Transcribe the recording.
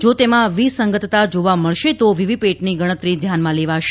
જો તેમાં વિસંગતતા જોવા મળશે તો વીવીપેટની ગણતરી ધ્યાનમાં લેવાશે